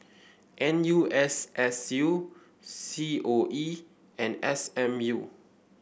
N U S S U C O E and S M U